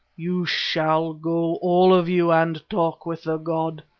you shall go, all of you, and talk with the god.